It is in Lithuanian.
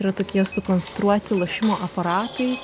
yra tokie sukonstruoti lošimo aparatai